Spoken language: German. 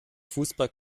fußball